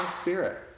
spirit